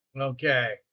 okay